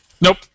Nope